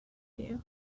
you